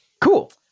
Cool